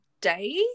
day